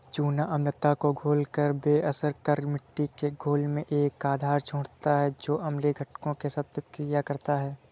चूना अम्लता को घोलकर बेअसर कर मिट्टी के घोल में एक आधार छोड़ता है जो अम्लीय घटकों के साथ प्रतिक्रिया करता है